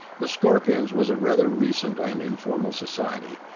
the scorpions was a rather recent and informal society,